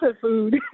food